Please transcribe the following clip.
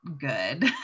good